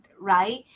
right